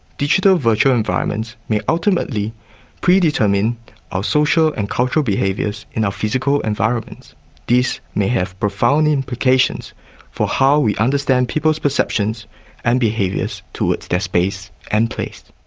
digital virtual environments may ultimately predetermine our social and cultural behaviours in our physical environments this may have profound implications for how we understand people's perceptions and behaviours towards their space and place.